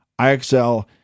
IXL